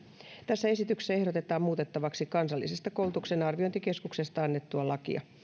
tässä esityksessä ehdotetaan muutettavaksi kansallisesta koulutuksen arviointikeskuksesta annettua lakia